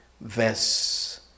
verse